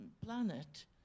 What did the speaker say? planet